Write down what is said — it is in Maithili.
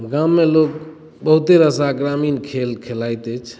गाम मे लोक बहुते रास ग्रामीण खेल खेलाइत अछि